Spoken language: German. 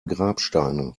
grabsteine